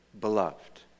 beloved